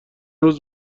روز